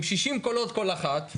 עם 60 קולות כל אחת,